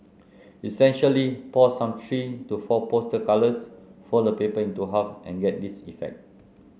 essentially pour some three to four poster colours fold the paper into half and get this effect